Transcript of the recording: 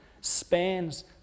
spans